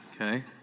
Okay